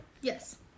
yes